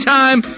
time